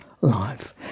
life